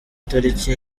itariki